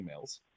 emails